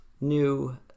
new